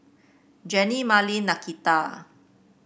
Jenny Marlen Nakita